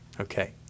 Okay